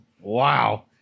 Wow